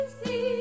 see